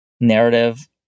narrative